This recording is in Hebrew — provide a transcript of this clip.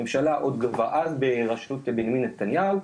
הממשלה עוד אז ברשות בנימין נתניהו,